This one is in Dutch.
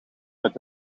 met